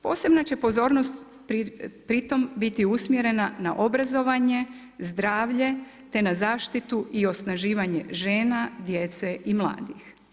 Posebna će pozornost pritom biti usmjerena na obrazovanje, zdravlje, te na zaštitu i osnaživanje žena, djece i mladih.